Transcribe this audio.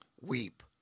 weep